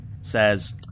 says